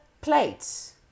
plates